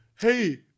hey